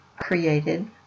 created